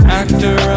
actor